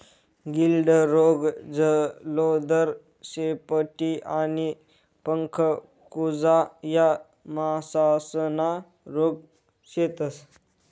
गिल्ड रोग, जलोदर, शेपटी आणि पंख कुजा या मासासना रोग शेतस